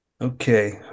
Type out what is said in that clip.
okay